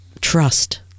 trust